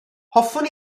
hoffwn